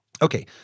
Okay